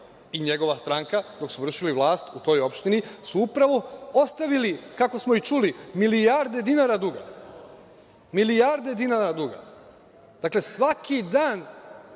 i njegova stranka dok su vršili vlast u toj opštini su upravo ostavili kako smo i čuli milijarde dinara duga. Dakle, svaki dan,